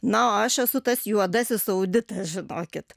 na o aš esu tas juodasis auditas žinokit